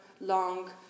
long